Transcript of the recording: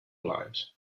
lives